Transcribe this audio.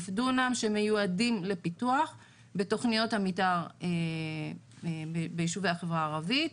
דונם שמיועדים לפיתוח בתוכניות המתאר ביישובי החברה הערבית,